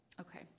Okay